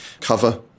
cover